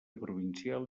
provincial